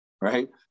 right